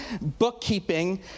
Bookkeeping